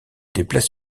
déplace